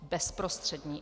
Bezprostřední.